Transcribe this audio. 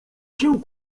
się